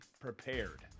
prepared